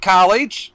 College